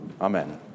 Amen